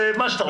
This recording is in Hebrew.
ומה שאתה רוצה.